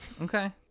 Okay